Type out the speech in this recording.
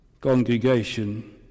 Congregation